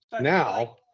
Now